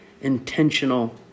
intentional